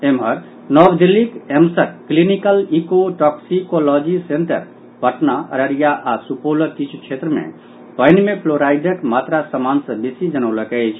एम्हर नव दिल्लीक एम्सक clinical eco toxicology centre Patna Araria आओर सुपौलक किछु क्षेत्र मे पानि मे फ्लोराईडक मात्रा सामान्य सँ बेसी जनौलक अछि